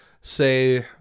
say